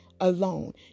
alone